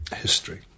history